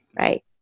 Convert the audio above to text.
right